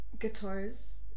guitars